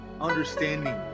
understanding